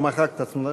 הוא מחק את עצמו.